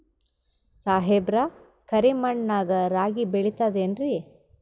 ಸಾಹೇಬ್ರ, ಕರಿ ಮಣ್ ನಾಗ ರಾಗಿ ಬೆಳಿತದೇನ್ರಿ?